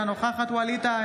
אינה נוכחת ווליד טאהא,